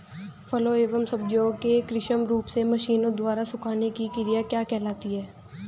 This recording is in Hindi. फलों एवं सब्जियों के कृत्रिम रूप से मशीनों द्वारा सुखाने की क्रिया क्या कहलाती है?